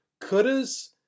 couldas